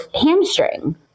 hamstring